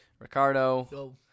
Ricardo